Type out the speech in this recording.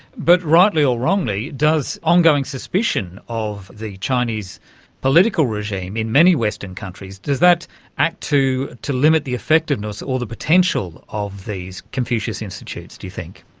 but, rightly or wrongly, does ongoing suspicion of the chinese political regime in many western countries, does that act to to limit the effectiveness or the potential of these confucius institutes, do you think?